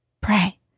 Pray